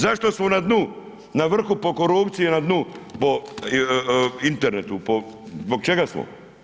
Zašto smo na dnu, na vrhu po korupciji, na dnu po internetu, zbog čega smo?